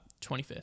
25th